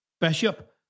Bishop